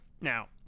now